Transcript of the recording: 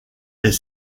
est